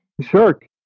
shark